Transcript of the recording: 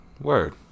Word